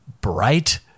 Bright